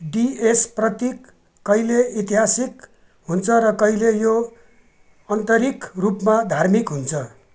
DS प्रतीक कहिले ऐतिहासिक हुन्छ र कहिले यो आन्तरिक रूपमा धार्मिक हुन्छ